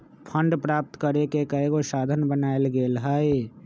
fund प्राप्त करेके कयगो साधन बनाएल गेल हइ